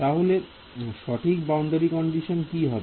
তাহলে সঠিক boundary condition কি হবে